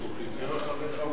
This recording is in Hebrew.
כשהוא חיזר אחריך,